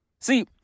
See